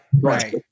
Right